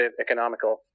economical